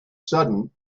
sudden